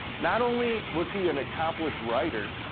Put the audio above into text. not only was he an accomplished writer,